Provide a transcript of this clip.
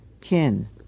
kin